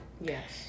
Yes